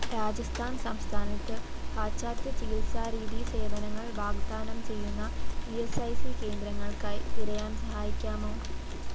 രാജസ്ഥാൻ സംസ്ഥാനത്ത് പാശ്ചാത്യ ചികിത്സാരീതി സേവനങ്ങൾ വാഗ്ദാനം ചെയ്യുന്ന ഈ എസ് ഐ സി കേന്ദ്രങ്ങൾക്കായി തിരയാൻ സഹായിക്കാമോ